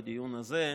בדיון הזה,